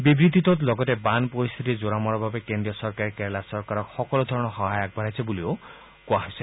বিবৃতিটোত লগতে বান পৰিস্থিতিৰ জোৰা মৰাৰ বাবে কেন্দ্ৰীয় চৰকাৰে কেৰালা চৰকাৰক সকলো ধৰণৰ সহায় আগবঢ়াইছে বুলিও কোৱা হৈছে